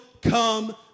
come